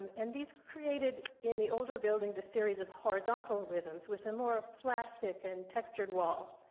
and these created in the older buildings a series of horizontal rhythms with a more plastic and textured wall.